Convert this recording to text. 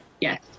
yes